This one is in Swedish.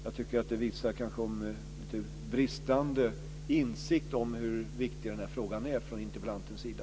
Jag tycker att det kanske visar lite bristande insikt om hur viktig denna fråga är från interpellantens sida.